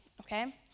okay